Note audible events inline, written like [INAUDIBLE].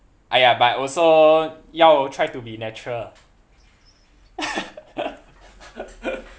!aiya! but also ya orh try to be natural [LAUGHS]